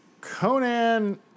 Conan